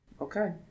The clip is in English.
Okay